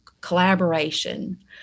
collaboration